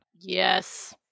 Yes